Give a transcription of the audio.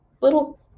little